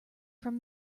from